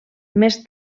més